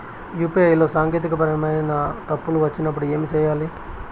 UPI లో సాంకేతికపరమైన పరమైన తప్పులు వచ్చినప్పుడు ఏమి సేయాలి